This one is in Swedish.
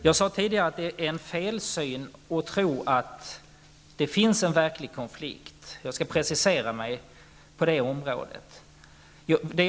Jag sade tidigare att det är en felsyn att tro att det finns en verklig konflikt, och jag skall precisera mig på den punkten.